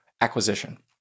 acquisition